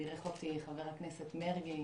בירך אותי חבר הכנסת מרגי,